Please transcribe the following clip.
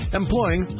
employing